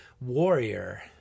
warrior